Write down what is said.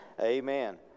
Amen